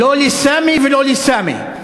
לא לסאמי ולא לסאמי.